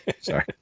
Sorry